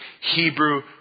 Hebrew